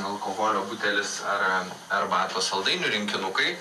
alkoholio butelis ar arbatos saldainių rinkinukai